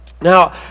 Now